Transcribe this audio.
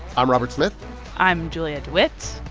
i'm robert smith i'm julia dewitt.